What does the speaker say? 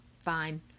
Fine